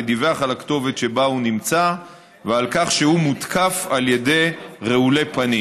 ודיווח על הכתובת שבה הוא נמצא ועל כך שהוא מותקף על ידי רעולי פנים,